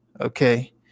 Okay